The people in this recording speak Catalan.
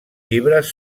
llibres